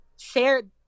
shared